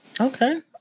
Okay